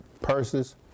purses